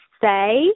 say